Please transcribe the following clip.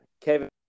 Kevin